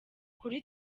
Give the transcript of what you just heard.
kuri